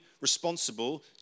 responsible